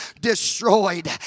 destroyed